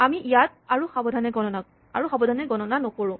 আমি ইয়াত আৰু সাৱধানে গণনা নকৰোঁ